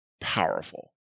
powerful